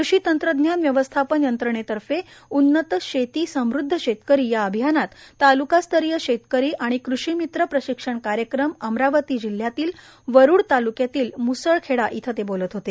कृषी तंत्रज्ञान व्यवस्थापन यंत्रणेतर्फे उन्नत शेती समृद्ध शेतकरी अभियानात तालुकास्तरीय शेतकरी आणि कृषी मित्र प्रशिक्षण कार्यक्रम अमरावती जिल्ह्यातील वरुड तालुक्यातील मुसळखेडा इथं ते बोलत होते